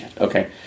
okay